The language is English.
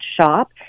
shop